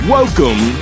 Welcome